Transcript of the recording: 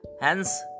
hence